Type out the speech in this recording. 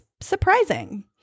surprising